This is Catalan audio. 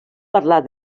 parlar